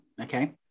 Okay